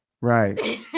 right